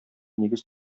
нигез